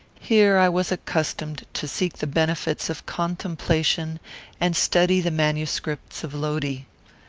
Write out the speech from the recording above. here i was accustomed to seek the benefits of contemplation and study the manuscripts of lodi.